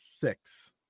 six